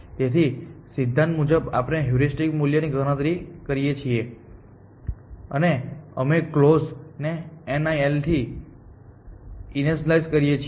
તેથી સિદ્ધાંત મુજબ આપણે હ્યુરિસ્ટિક મૂલ્ય ની ગણતરી કરીએ છીએ અને અમે કલોઝ ને NIL થી ઇનાસીઅલાઈઝ કરીએ છીએ